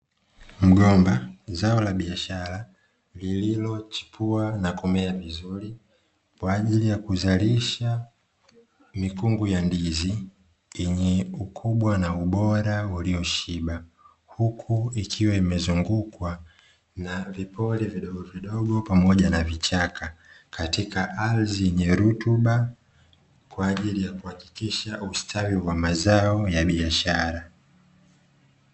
Mgomba zao la biashara lililochipua na kumea vizuri kwa ajili ya kuzalisha mikungu ya ndizi yenye ukubwa na ubora ulioshiba, huku ikiwa imezungukwa na vipori vidogovidogo pamoja na vichaka, katika ardhi yenye rutuba kwa ajili ya kuhakikisha ustawi wa mazao ya biashara.